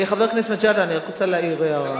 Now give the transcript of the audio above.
לחבר הכנסת מג'אדלה אני רק רוצה להעיר הערה,